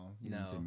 no